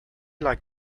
like